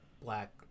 black